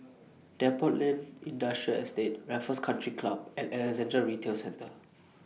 Depot Lane Industrial Estate Raffles Country Club and Alexandra Retail Centre